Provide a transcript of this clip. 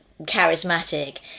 charismatic